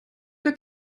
der